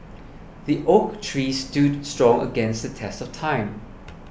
the oak tree stood strong against the test of time